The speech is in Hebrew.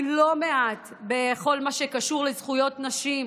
לא מעט בכל מה שקשור לזכויות נשים,